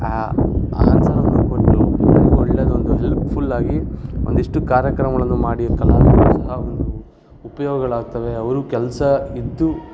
ಆ ಆನ್ಸರನ್ನು ಹುಡ್ಕೊಟ್ಟು ಎಲ್ಲರಿಗೂ ಒಳ್ಳೇದು ಒಂದು ಹೆಲ್ಪ್ಫುಲ್ಲಾಗಿ ಒಂದಿಷ್ಟು ಕಾರ್ಯಕ್ರಮಗಳನ್ನು ಮಾಡಿ ಕಲಾವಿದರಿಗೂ ಸಹ ಒಂದು ಉಪ್ಯೋಗಗಳಾಗ್ತವೆ ಅವರು ಕೆಲಸ ಇದ್ದು